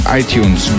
iTunes